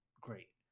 great